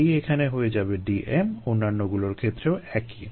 D এখানে হয়ে যাবে Dm অন্যান্যগুলোর ক্ষেত্রেও একই